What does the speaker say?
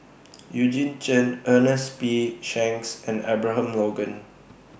Eugene Chen Ernest P Shanks and Abraham Logan